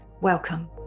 welcome